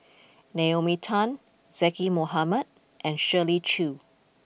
Naomi Tan Zaqy Mohamad and Shirley Chew